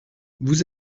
vous